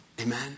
Amen